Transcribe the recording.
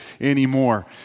anymore